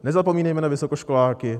Nezapomínejme na vysokoškoláky.